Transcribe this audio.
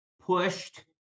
pushed